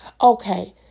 okay